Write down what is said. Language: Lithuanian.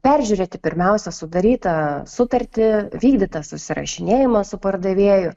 peržiūrėti pirmiausia sudarytą sutartį vykdytą susirašinėjimą su pardavėju